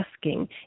asking